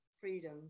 freedom